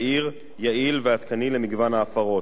מהיר, יעיל ועדכני למגוון ההפרות.